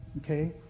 Okay